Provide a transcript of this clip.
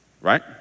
right